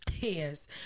Yes